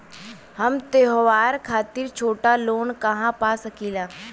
हम त्योहार खातिर छोटा लोन कहा पा सकिला?